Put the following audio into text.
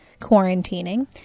quarantining